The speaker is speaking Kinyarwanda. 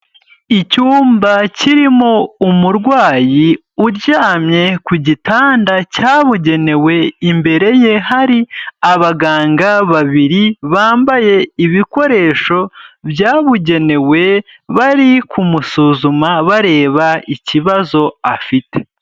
Icyumba kirimo umurwayi uryamye ku gitanda cyabugenewe imbere ye hari abaganga babiri bambaye ibikoresho byabugenewe bari kumusuzuma bareba ikibazo afite.